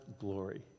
glory